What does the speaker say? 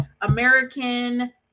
American